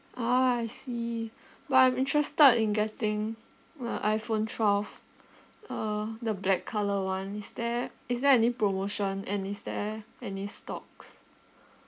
ah I see but I'm interested in getting a iphone twelve uh the black colour one is there is there any promotion and is there any stocks